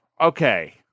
Okay